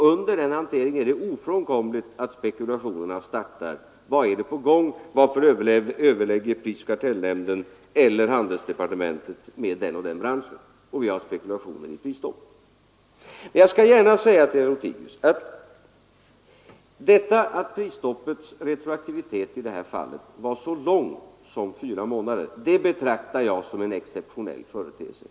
Under den hanteringen är det ofrånkomligt att spekulationerna startar: vad är på gång, varför överlägger prisoch kartellnämnden eller handelsdepartementet med den och den branschen? Vi har alltså spekulationer om prisstopp. Jag skall gärna säga till herr Lothigius att jag betraktar det som en exceptionell företeelse att prisstoppets retroaktivitet i detta fall var så lång som fyra månader.